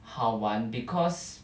好玩 because